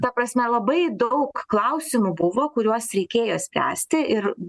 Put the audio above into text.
ta prasme labai daug klausimų buvo kuriuos reikėjo spręsti ir